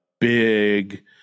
big